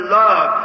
love